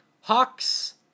Hawks